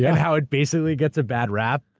yeah how it basically gets a bad rap,